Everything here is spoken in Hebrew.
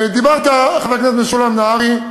דיברת, חבר הכנסת משולם נהרי,